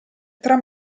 tra